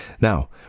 Now